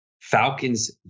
Falcons